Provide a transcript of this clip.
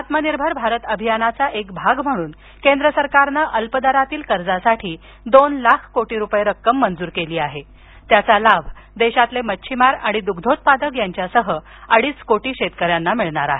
आत्मनिर्भर भारत अभियानाचा एक भाग म्हणून केंद्र सरकारनं अल्पदरातील कर्जासाठी दोन लाख कोटी रुपये रक्कम मंजूर केली असून त्याचा लाभ देशातील मच्छमार आणि द्ग्धोत्पादक यांच्यासह अडीच कोटी शेतकऱ्यांना मिळणार आहे